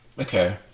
okay